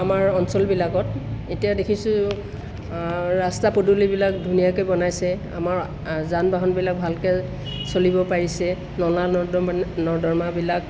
আমাৰ অঞ্চলবিলাকত এতিয়া দেখিছো ৰাস্তা পদূলিবিলাক ধুনীয়াকৈ বনাইছে আমাৰ যান বাহনবিলাক ভালকৈ চলিব পাৰিছে নলা নৰ্দমা নৰ্দমাবিলাক